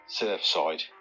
Surfside